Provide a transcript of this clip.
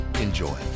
Enjoy